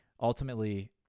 ultimately